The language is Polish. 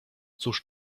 cóż